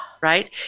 Right